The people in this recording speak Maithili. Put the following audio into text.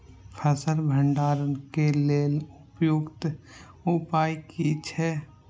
फसल भंडारण के लेल उपयुक्त उपाय कि छै?